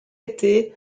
été